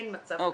אין מצב כזה,